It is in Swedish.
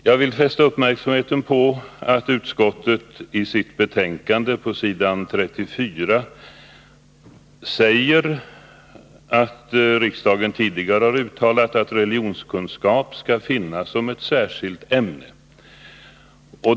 Jag vill fästa uppmärksamheten på att utskottet i sitt betänkande på s. 34 säger att riksdagen tidigare har uttalat att religionskunskap skall finnas som ett särskilt ämne.